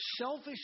selfish